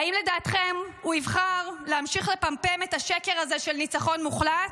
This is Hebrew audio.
האם לדעתכם הוא יבחר להמשיך לפמפם את השקר הזה של ניצחון מוחלט,